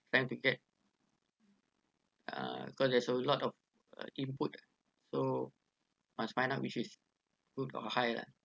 fabricate uh cause there's a lot of uh input so must find out which is good or high lah